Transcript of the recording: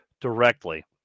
directly